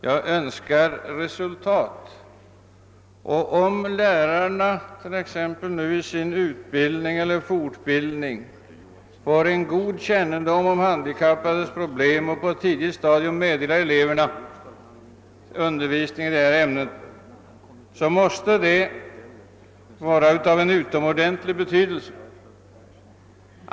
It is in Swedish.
Jag önskar resultat, och om lärarna i sin utbildning eller fortbildning får en god kännedom om de handikappades problem och på ett tidigt stadium meddelar eleverna undervisning härvidlag, så måste det vara av en utomordentlig betydelse.